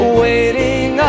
waiting